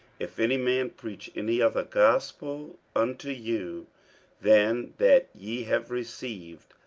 if any man preach any other gospel unto you than that ye have received,